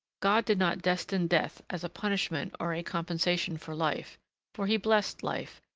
god did not destine death as a punishment or a compensation for life for he blessed life,